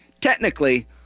technically